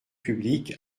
publique